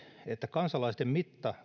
että kansalaisten mitta